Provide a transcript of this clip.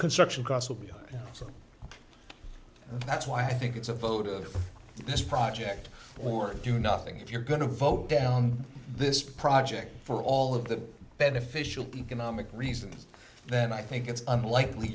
construction costs will be ok so that's why i think it's a vote of this project or do nothing if you're going to vote down this project for all of the beneficial economic reasons then i think it's unlikely